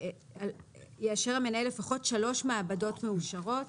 יאשר המנהל לפחות שלוש מעבדות מאושרות,